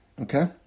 Okay